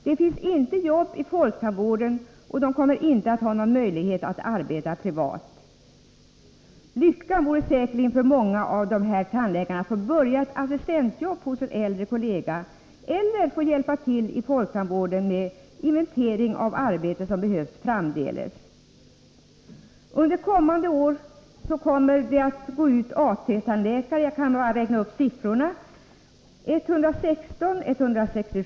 Det finns inte jobb i folktandvården, och de kommer inte att få möjlighet att arbeta som privattandläkare. Lyckan för många av dem vore säkerligen att få börja ett assistentjobb hos en äldre kollega eller att få hjälpa till i folktandvården med inventering av arbete som behövs framdeles. Jag kan i sammanhanget nämna hur många AT-tandläkare som kommer att gå ut under de närmaste åren. I juni 1984 blir det 116 och i december samma år 167.